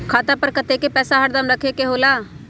खाता पर कतेक पैसा हरदम रखखे के होला?